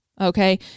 okay